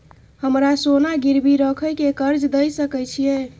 हमरा सोना गिरवी रखय के कर्ज दै सकै छिए?